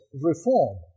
reform